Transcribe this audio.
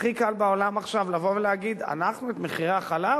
הכי קל בעולם עכשיו לבוא ולהגיד: אנחנו את מחירי החלב